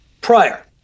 prior